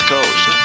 Coast